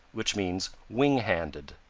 which means wing-handed.